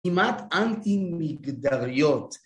‫כמעט אנטי מגדריות.